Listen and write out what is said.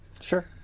Sure